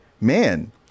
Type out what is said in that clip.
man